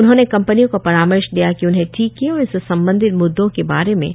उन्होंने कंपनियों को परामर्श दिया कि उन्हें टीके और इससे संबंधित मुद्दों के बारे में